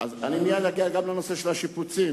אני מייד אגיע גם לנושא של השיפוצים.